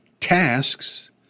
tasks